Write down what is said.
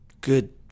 good